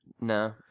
No